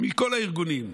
מכל הארגונים,